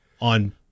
on